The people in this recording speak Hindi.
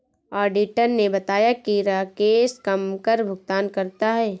ऑडिटर ने बताया कि राकेश कम कर भुगतान करता है